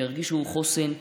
שירגישו חוסן,